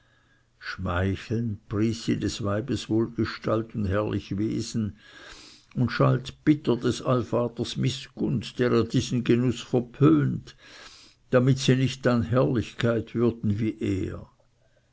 pries sie des weibes wohlgestalt und herrlich wesen und schalt bitter des allvaters mißgunst der ihr diesen genuß verpönt damit sie nicht an herrlichkeit würden wie er